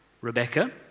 Rebecca